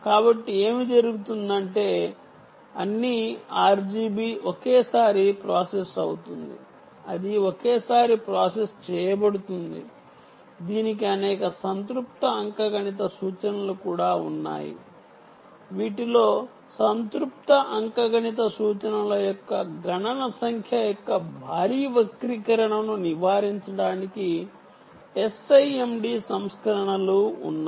కాబట్టి ఏమి జరుగుతుందంటే అన్ని RGB ఒకేసారి ప్రాసెస్ అవుతుంది అది ఒకేసారి ప్రాసెస్ చేయబడుతుంది దీనికి అనేక సంతృప్త అంకగణిత సూచనలు కూడా ఉండవచ్చు వీటిలో సంతృప్త అంకగణిత సూచనల యొక్క గణన సంఖ్య యొక్క భారీ వక్రీకరణను నివారించడానికి SIMD సంస్కరణలు ఉన్నాయి